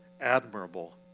admirable